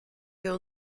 wir